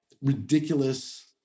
ridiculous